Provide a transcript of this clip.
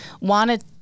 wanted